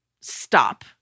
stop